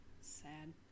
Sad